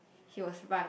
he was right